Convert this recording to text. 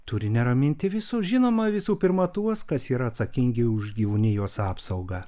turi neraminti visus žinoma visų pirma tuos kas yra atsakingi už gyvūnijos apsaugą